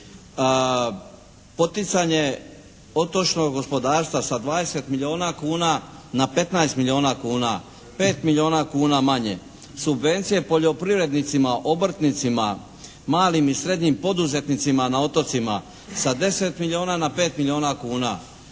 Poticanje otočnog gospodarstva sa 20 milijuna kuna na 15 milijuna kuna. 5 milijuna kuna manje. Subvencije poljoprivrednicima obrtnicima, malim i srednjim poduzetnicima na otocima sa 10 milijuna na 5 milijuna kuna.